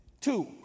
two